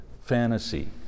fantasy